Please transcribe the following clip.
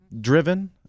driven